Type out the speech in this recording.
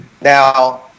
Now